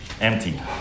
empty